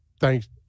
thanks